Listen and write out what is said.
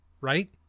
right